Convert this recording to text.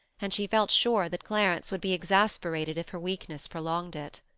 and she felt sure that clarence would be exasperated if her weakness prolonged it.